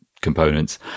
components